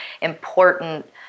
important